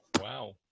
Wow